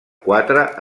quatre